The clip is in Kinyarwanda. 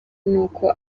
uko